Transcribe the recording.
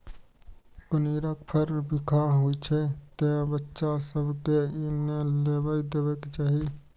कनेरक फर बिखाह होइ छै, तें बच्चा सभ कें ई नै लेबय देबाक चाही